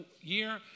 year